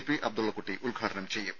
P Abdullakutty ഉദ്ഘാടനം ചെയ്യും